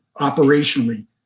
operationally